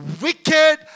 wicked